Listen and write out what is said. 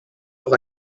auch